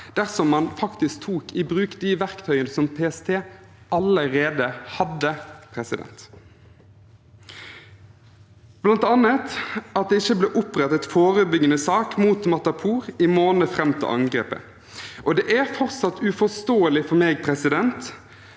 dersom man faktisk tok i bruk de verktøyene som PST allerede hadde. Blant annet ble det ikke opprettet en forebyggende sak mot Matapour i månedene fram til angrepet. Det er fortsatt uforståelig for meg å se